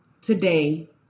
today